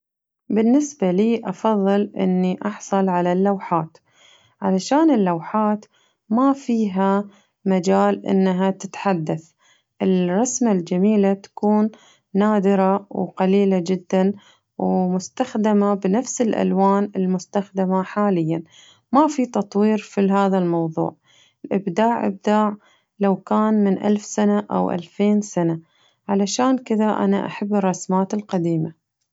بالنسبة لي أفضل إني أحصل على اللوحات علشان اللوحات ما فيها مجال إنها تتحدث الرسمة الجميلة تكون نادرة وقليلة جداً ومستخدمة بنفس الألوان المستخدمة حالياً ما في تطوير في الهذا الموضوع الإبداع إبداع لو كان من ألف سنة أو ألفين سنة علشان كذة أنا أحب الرسمات القديمة.